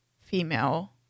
female